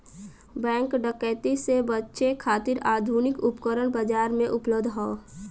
bank डकैती से बचे खातिर आधुनिक उपकरण बाजार में उपलब्ध हौ